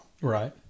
Right